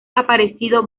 aparecido